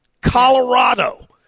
Colorado